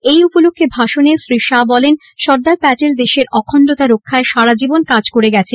এই উপলক্ষে ভাষণে শ্রী শাহ বলেন সর্দার প্যাটেল দেশের অখণ্ডতা রক্ষায় সারাজীবন কাজ করে গেছেন